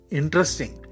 interesting